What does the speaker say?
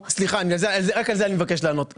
סליחה, רק על זה אני מבקש לענות.